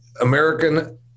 American